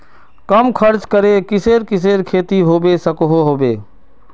कम खर्च करे किसेर किसेर खेती होबे सकोहो होबे?